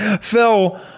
Phil